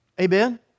Amen